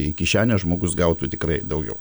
į kišenę žmogus gautų tikrai daugiau